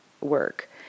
work